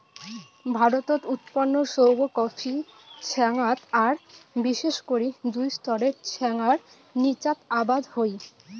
ভারতত উৎপন্ন সৌগ কফি ছ্যাঙাত আর বিশেষ করি দুই স্তরের ছ্যাঙার নীচাত আবাদ হই